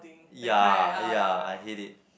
ya ya I hate it